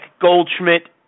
Goldschmidt